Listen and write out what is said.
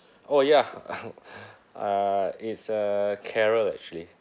oh ya uh uh it's uh carole actually